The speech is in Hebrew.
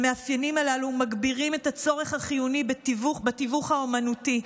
המאפיינים הללו מגבירים את הצורך החיוני בתיווך האומנותי,